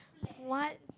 what